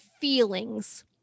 feelings